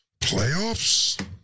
playoffs